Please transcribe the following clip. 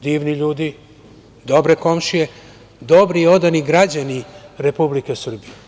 Divni ljudi, dobre komšije, dobri i odani građani Republike Srbije.